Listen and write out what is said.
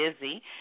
busy